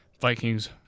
Vikings